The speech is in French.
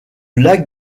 lac